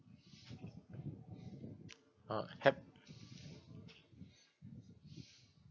uh hap~